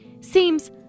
seems